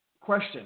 Question